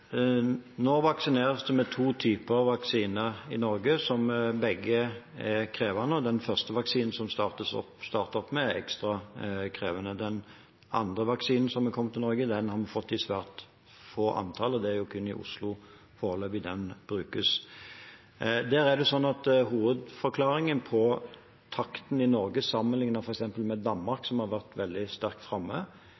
Nå vaksineres det med to typer vaksine i Norge som begge er krevende. Den første vaksinen som vi startet opp med, er ekstra krevende. Den andre vaksinen som er kommet til Norge, har vi fått i svært lite antall, og det er foreløpig kun i Oslo den brukes. Hovedforklaringen på takten i Norge sammenlignet med f.eks. Danmark,